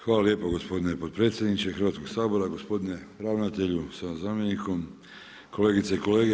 Hvala lijepo gospodine potpredsjedniče Hrvatskog sabora, gospodine ravnatelju sa zamjenikom, kolegice i kolege.